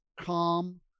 calm